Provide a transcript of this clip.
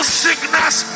sickness